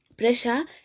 pressure